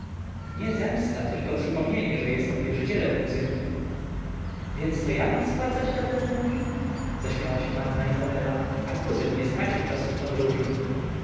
nie zemsta tylko przypomnienie że jestem wierzycielem kuzynki więc to ja mam spłacać dawne długi zaśmiała się panna izabela a kuzyn nie stracił czasu w podróży